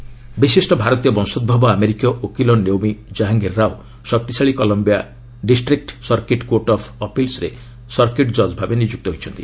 US ଜଜ୍ ରାଓ ବିଶିଷ୍ଟ ଭାରତୀୟ ବଂଶୋଭବ ଆମେରିକୀୟ ଓକିଲ ନେଓମି କାହାଙ୍ଗିର ରାଓ ଶକ୍ତିଶାଳୀ Columbia district circuit court of ଅପିଲ୍ରେ ସର୍କିଟ୍ ଜଜ୍ ଭାବେ ନିଯୁକ୍ତ ହୋଇଛନ୍ତି